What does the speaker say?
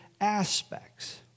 aspects